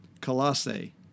Colossae